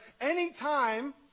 Anytime